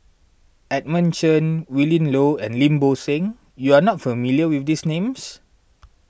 Edmund Chen Willin Low and Lim Bo Seng you are not familiar with these names